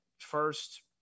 first